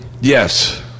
Yes